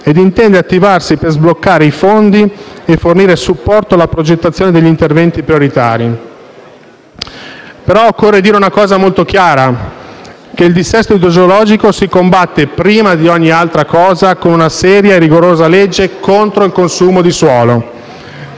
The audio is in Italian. e intende attivarsi per sbloccare i fondi e fornire supporto alla progettazione degli interventi prioritari. Però occorre dire una cosa molto chiara: il dissesto idrogeologico si combatte, prima di ogni altra cosa, con una seria e rigorosa legge contro il consumo di suolo,